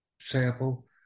sample